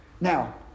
now